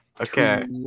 Okay